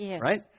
right